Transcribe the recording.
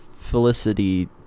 Felicity